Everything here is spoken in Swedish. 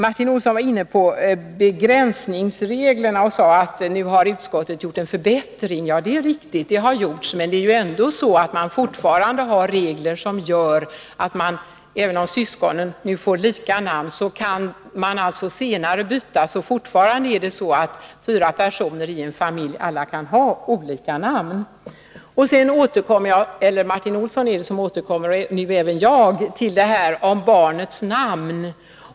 Martin Olsson var inne på begränsningsreglerna och sade att utskottet har gjort en förbättring. Ja, det är riktigt, men det är ändå så att man fortfarande har regler som gör att även om syskonen nu får lika namn kan man senare byta. Fortfarande kan alltså fyra personer i en familj ha olika namn. Så återkommer Martin Olsson, och nu även jag, till frågan om barnets namn.